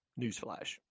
newsflash